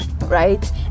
Right